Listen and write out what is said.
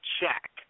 check